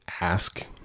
ask